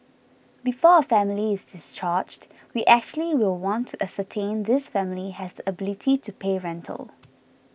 before a family is discharged we actually will want to ascertain this family has the ability to pay rental